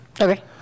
Okay